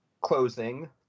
closing